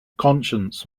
conscience